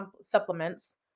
supplements